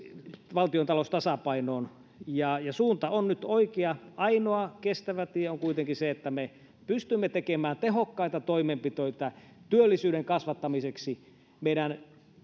valtiontalous tasapainoon ja suunta on nyt oikea ainoa kestävä tie on kuitenkin se että me pystymme tekemään tehokkaita toimenpiteitä työllisyyden kasvattamiseksi meidän